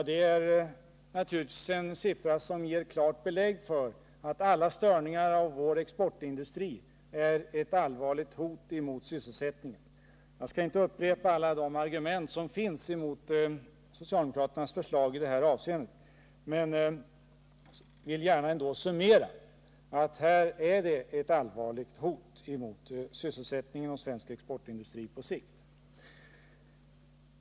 Det är naturligtvis en siffra som ger klart belägg för att alla störningar av vår exportindustri är ett allvarligt hot mot vår ekonomi och sysselsättning. Jag skall inte upprepa alla de argument som finns mot socialdemokraternas förslag i det här avseendet, men jag vill gärna ändå summera genom att säga att det är ett allvarligt hot mot sysselsättningen och mot svensk exportindustri på sikt.